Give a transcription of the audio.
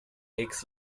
makes